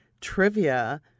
trivia